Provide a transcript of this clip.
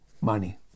Money